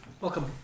Welcome